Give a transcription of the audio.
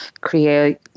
create